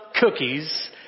cookies